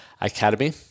academy